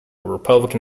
republican